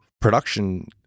production